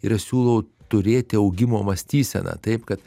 ir siūlau turėti augimo mąstyseną taip kad